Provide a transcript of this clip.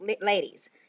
ladies